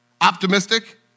optimistic